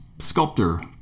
Sculptor